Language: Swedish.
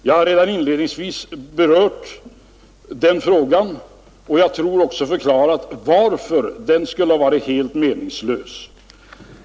Jag har redan inledningsvis berört den frågan och — tror jag — också förklarat varför ett borttagande skulle ha varit helt meningslöst.